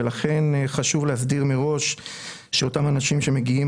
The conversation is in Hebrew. ולכן חשוב להסדיר מראש שאותם אנשים שמגיעים